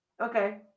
okay